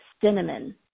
cinnamon